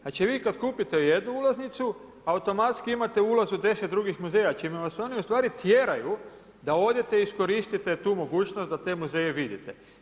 Znači vi kad kupite jednu ulaznicu, automatski imate ulaz u 10 drugih muzeja čime vas oni ustvari tjeraju da odete i iskoristite tu mogućnost da ta muzeje vidite.